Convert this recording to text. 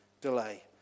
delay